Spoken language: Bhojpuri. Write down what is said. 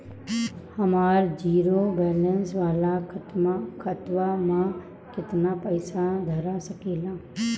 हमार जीरो बलैंस वाला खतवा म केतना पईसा धरा सकेला?